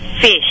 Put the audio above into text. fish